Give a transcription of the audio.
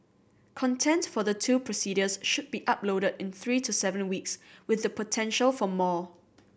content for the two procedures should be uploaded in three to seven weeks with the potential for more